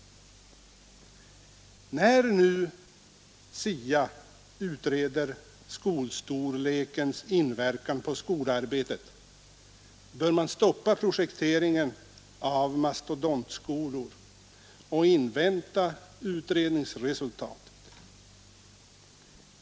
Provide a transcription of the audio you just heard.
När nu SIA utreder skolstorlekens inverkan på skolarbetet, bör man stoppa projekteringen av mastodontskolor och invänta utredningsresultatet.